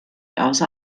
außer